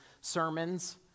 sermons